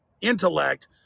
intellect